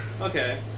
Okay